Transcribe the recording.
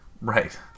Right